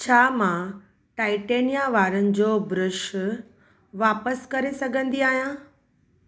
छा मां टाइटेनिया वारनि जो ब्रूश वापसि करे सघंदी आहियां